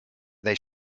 they